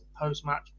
post-match